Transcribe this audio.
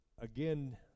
again